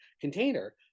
container